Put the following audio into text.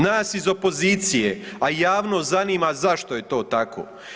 Nas iz opozicije, a javnost zanima zašto je to tako.